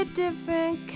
different